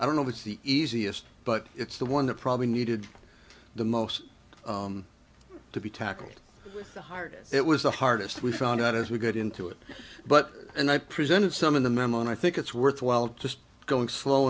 i don't know if it's the easiest but it's the one that probably needed the most to be tackled hard it was the hardest we found out as we get into it but and i presented some in the memo and i think it's worthwhile just going slow